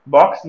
Box